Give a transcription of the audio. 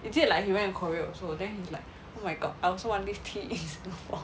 is it like he went korea also then he's like oh my god I also want this tea in singapore